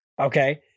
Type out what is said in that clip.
Okay